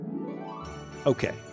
Okay